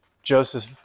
Joseph